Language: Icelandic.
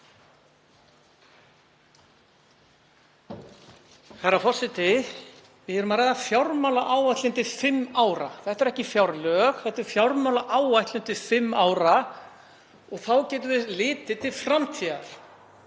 Herra forseti. Við erum að ræða fjármálaáætlun til fimm ára. Þetta eru ekki fjárlög, þetta er fjármálaáætlun til fimm ára og þá getum við litið til framtíðar.